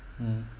mm